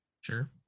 sure